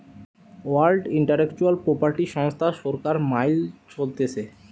world intellectual property সংস্থা সরকার মাইল চলতিছে